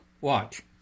Watch